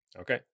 Okay